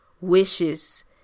wishes